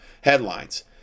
headlines